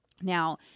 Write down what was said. Now